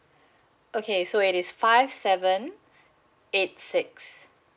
okay so it is five seven eight six